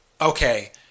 okay